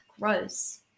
gross